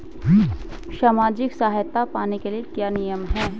सामाजिक सहायता पाने के लिए क्या नियम हैं?